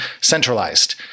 centralized